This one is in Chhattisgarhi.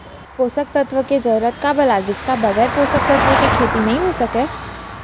पोसक तत्व के जरूरत काबर लगिस, का बगैर पोसक तत्व के खेती नही हो सके?